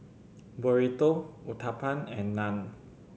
Burrito Uthapam and Naan